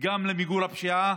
גם למיגור הפשיעה